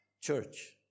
church